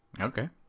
Okay